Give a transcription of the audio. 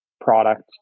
product